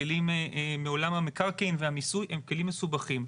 הכלים מעולם המקרקעין והמיסוי הם כלים מסובכים.